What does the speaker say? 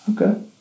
Okay